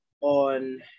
on